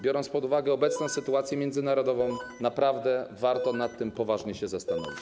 Biorąc pod uwagę obecną sytuację międzynarodową, naprawdę warto nad tym poważnie się zastanowić.